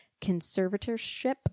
conservatorship